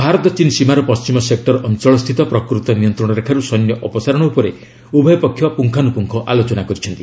ଭାରତ ଚୀନ୍ ସୀମାର ପଶ୍ଚିମ ସେକୁର ଅଞ୍ଚଳ ସ୍ଥିତ ପ୍ରକୃତ ନିୟନ୍ତ୍ରଣ ରେଖାରୁ ସୈନ୍ୟ ଅପସାରଣ ଉପରେ ଉଭୟ ପକ୍ଷ ପୁଙ୍ଖାନୁପୁଙ୍ଖ ଆଲୋଚନା କରିଛନ୍ତି